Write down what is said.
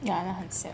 ya 很 sad